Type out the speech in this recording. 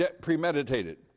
premeditated